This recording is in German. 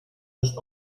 ist